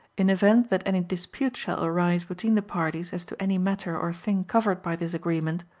in event that any dispute shall arise between the parties as to any matter or thing covered by this agreement,